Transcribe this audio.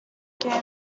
came